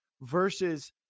versus